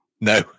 No